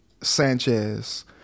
Sanchez